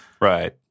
Right